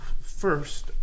first